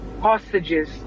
hostages